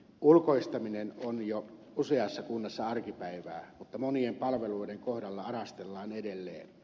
ulkoistaminen on jo useassa kunnassa arkipäivää mutta monien palveluiden kohdalla arastellaan edelleen